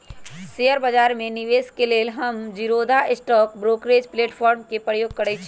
share बजार में निवेश के लेल हम जीरोधा स्टॉक ब्रोकरेज प्लेटफार्म के प्रयोग करइछि